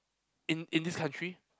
in in this country